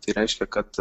tai reiškia kad